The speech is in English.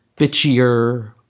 bitchier